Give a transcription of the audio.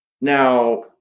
Now